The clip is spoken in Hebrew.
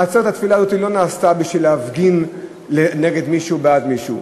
עצרת התפילה הזאת לא נעשתה בשביל להפגין נגד מישהו או בעד מישהו.